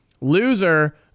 Loser